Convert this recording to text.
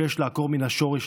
שיש לעקור מן השורש,